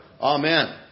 Amen